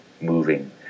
moving